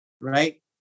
right